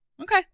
Okay